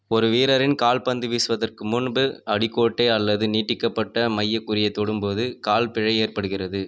ஒரு வீரரின் கால் பந்து வீசுவதற்கு முன்பு அடிக்கோட்டை அல்லது நீட்டிக்கப்பட்ட மைய குறியைத் தொடும்போது கால் பிழை ஏற்படுகிறது